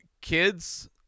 kids